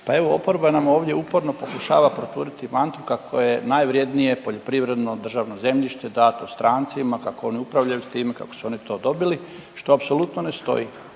pa evo oporba nam ovdje uporno pokušava proturiti mantru kako je najvrijednije poljoprivredno državno zemljište dato strancima, kako oni upravljaju s time, kako su oni to dobili što apsolutno ne stoji.